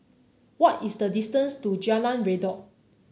why is the distance to Jalan Redop